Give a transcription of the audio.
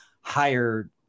higher